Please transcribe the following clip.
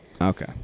Okay